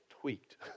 tweaked